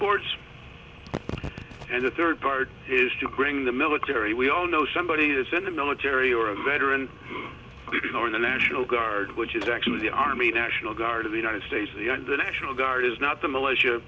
boards and the third part is to bring the military we all know somebody that's in the military or a veteran building or the national guard which is actually the army national guard of the united states the and the national guard is not the militia